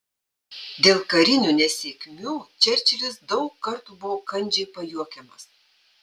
dėl karinių nesėkmių čerčilis daug kartų buvo kandžiai pajuokiamas